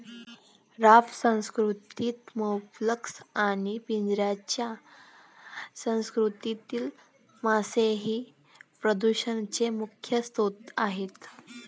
raft संस्कृतीतील mollusc आणि पिंजऱ्याच्या संस्कृतीतील मासे हे प्रदूषणाचे प्रमुख स्रोत आहेत